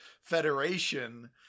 federation